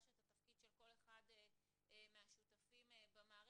את התפקיד של כל אחד מהשותפים במערכת,